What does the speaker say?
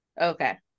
Okay